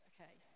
Okay